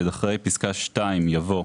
אחרי פסקה (2) יבוא: